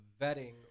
vetting